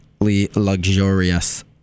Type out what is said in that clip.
luxurious